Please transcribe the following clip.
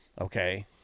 okay